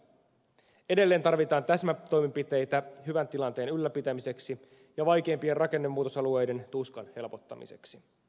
edelleen tarvitaan täsmätoimenpiteitä hyvän tilanteen ylläpitämiseksi ja vaikeimpien rakennemuutosalueiden tuskan helpottamiseksi